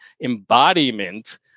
embodiment